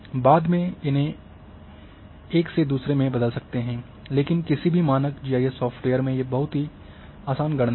बाद में इन्हें एक से दूसरे में बदल सकते हैं लेकिन किसी भी मानक जी आई एस सॉफ्टवेयर में यह बहुत ही आसान गणना है